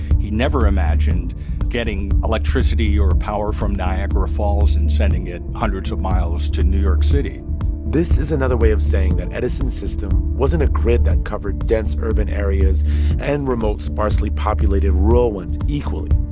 he never imagined getting electricity or power from niagara falls and sending it hundreds of miles to new york city this is another way of saying that edison's system wasn't a grid that covered dense urban areas and remote, sparsely populated rural ones equally.